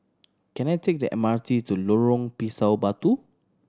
can I take the M R T to Lorong Pisang Batu